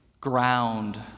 ground